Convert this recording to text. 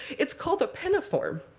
it's called a penniform,